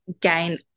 gain